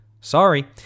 Sorry